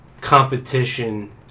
competition